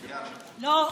לא.